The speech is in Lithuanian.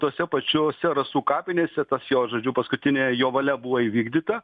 tose pačiose rasų kapinėse tas jo žodžiu paskutinė jo valia buvo įvykdyta